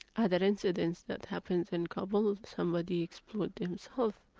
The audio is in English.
other incidents that happen in kabul somebody exploded themselves,